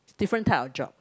is different type of job